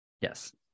Yes